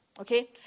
okay